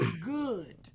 good